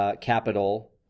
capital